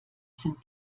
sind